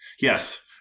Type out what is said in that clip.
Yes